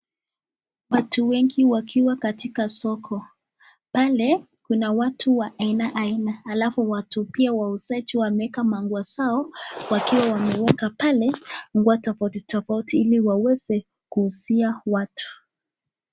Watu wengi wakiwa katika soko, pale kuna watu wa aina aina halafu watu pia wauzaji wameeka mango zao wakiwa wameweka pale , nguo tofauti tofauti ili waweze kuuzia watu.